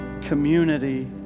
community